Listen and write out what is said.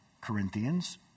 Corinthians